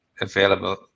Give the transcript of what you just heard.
available